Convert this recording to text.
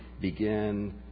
begin